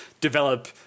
develop